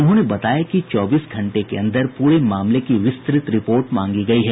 उन्होंने बताया कि चौबीस घंटे के अन्दर पूरे मामले की विस्तृत रिपोर्ट मांगी गयी है